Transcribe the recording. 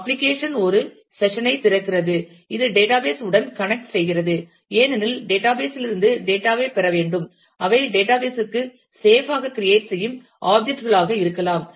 application ஒரு session ஐ திறக்கிறது இது டேட்டாபேஸ் உடன் கனெக்ட் செய்கிறது ஏனெனில் டேட்டாபேஸ் லிருந்து டேட்டா ஐ பெற வேண்டும் அவை டேட்டாபேஸ் ற்கு சேப் ஆக கிரியேட் செய்யும் ஆப்ஜெக்ட் களாக இருக்கலாம்